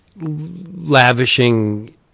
lavishing